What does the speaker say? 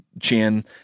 chin